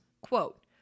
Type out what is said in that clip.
Quote